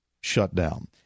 shutdown